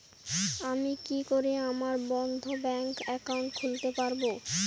আমি কি করে আমার বন্ধ ব্যাংক একাউন্ট খুলতে পারবো?